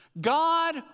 God